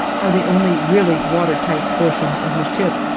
are the only really water-tight portions of the ship.